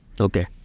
okay